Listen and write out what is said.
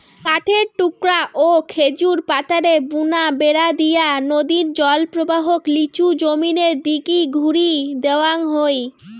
কাঠের টুকরা ও খেজুর পাতারে বুনা বেড়া দিয়া নদীর জলপ্রবাহক লিচু জমিনের দিকি ঘুরি দেওয়াং হই